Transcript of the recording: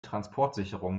transportsicherung